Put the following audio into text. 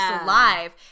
alive